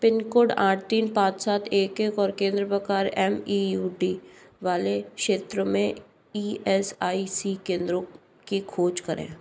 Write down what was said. pin code आठ तीन पाँच सात एक एक और केंद्र प्रकार एम ई यू डी वाले क्षेत्र मे ई एस आई सी केंद्रों की खोज करें